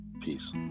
Peace